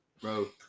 Bro